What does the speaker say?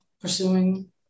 pursuing